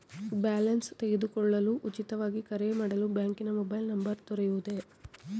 Balance ತಿಳಿದುಕೊಳ್ಳಲು ಉಚಿತವಾಗಿ ಕರೆ ಮಾಡಲು ಬ್ಯಾಂಕಿನ ಮೊಬೈಲ್ ನಂಬರ್ ದೊರೆಯುವುದೇ?